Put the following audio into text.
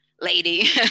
lady